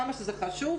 כמה שזה חשוב,